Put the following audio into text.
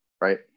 right